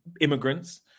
immigrants